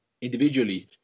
individually